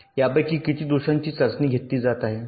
तर यापैकी किती दोषांची चाचणी घेतली जात आहे